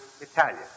Italian